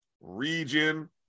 region